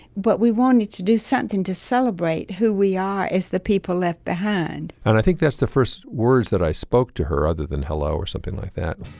but we wanted to do something to celebrate who we are as the people left behind and i think that's the first words that i spoke to her other than hello or something like that.